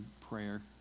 prayer